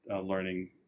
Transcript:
learning